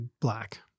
black